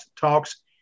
talks